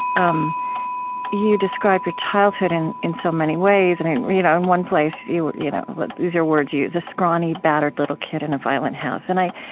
um you describe your childhood in in so many ways, and in you know in one place you know like these are words you use, a scrawny, battered little kid in a violent house. and i